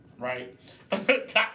Right